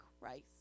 Christ